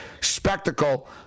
spectacle